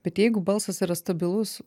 bet jeigu balsas yra stabilus